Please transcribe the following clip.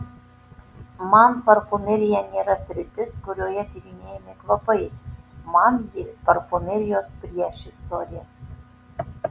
man parfumerija nėra sritis kurioje tyrinėjami kvapai man ji parfumerijos priešistorė